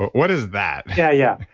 but what is that? yeah. yeah